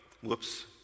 Whoops